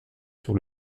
sur